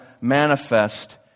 manifest